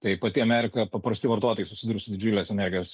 tai pati amerika paprasti vartotojai susiduria su didžiulės energijos